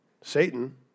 Satan